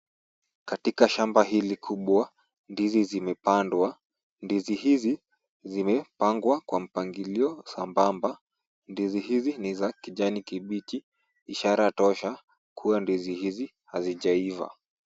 Katika shamba hili kubwa, ndizi zimepandwa. Ndizi hizi zimepangwa kwa mpangilio sambamba. Ndizi hizi ni za kijani kibichi, ishara tosha kuwa ndizi hizi hazijaiva.